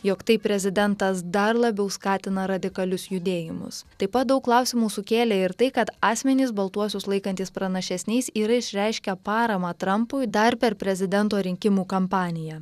jog taip prezidentas dar labiau skatina radikalius judėjimus taip pat daug klausimų sukėlė ir tai kad asmenys baltuosius laikantys pranašesniais yra išreiškę paramą trampui dar per prezidento rinkimų kampaniją